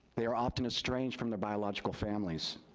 they are often estranged from their biological families.